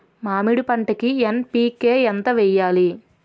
మామిడి పంటకి ఎన్.పీ.కే ఎంత వెయ్యాలి?